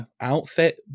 outfit